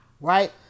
right